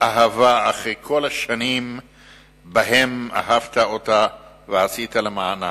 אהבה אחרי כל השנים שאהבת אותה ועשית למענה.